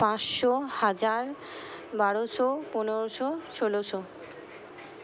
পাঁচশো হাজার বারোশো পনেরোশো ষোলোশো